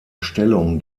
stellung